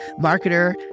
marketer